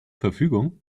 verfügung